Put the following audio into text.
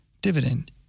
dividend